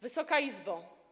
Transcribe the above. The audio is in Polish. Wysoka Izbo!